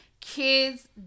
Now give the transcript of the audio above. kids